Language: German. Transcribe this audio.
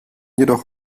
jedoch